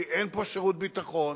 כי אין פה שירות ביטחון,